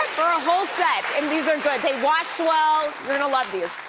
for a whole set, and these are good. they wash well, you're gonna love these.